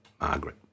Margaret